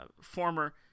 former